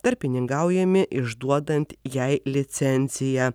tarpininkaujami išduodant jai licenciją